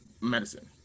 Medicine